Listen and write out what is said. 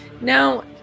Now